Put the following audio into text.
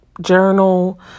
journal